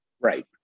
Right